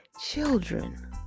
children